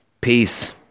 peace